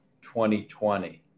2020